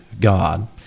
God